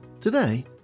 Today